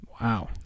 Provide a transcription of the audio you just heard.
Wow